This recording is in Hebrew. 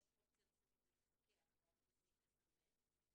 לפעוטות/למפקח כאמור בסעיף 10(ב)